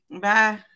Bye